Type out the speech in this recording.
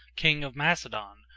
king of macedon,